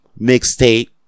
mixtape